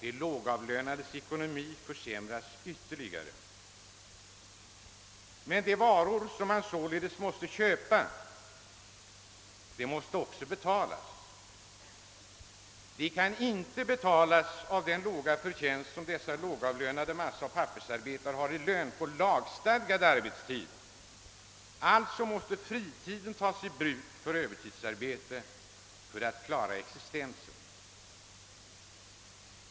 De lågavlönades ekonomi försämras härigenom ytterligare. Men de varor som de köper skall också betalas. De kan emellertid inte betalas genom den låga förtjänst som dessa lågavlönade massaoch pappersarbetare har genom arbetet på lagstadgad arbetstid. Alltså måste fritiden tas i anspråk för övertidsarbete för att de skall kunna klara existensen.